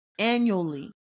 annually